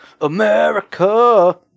America